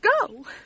go